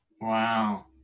wow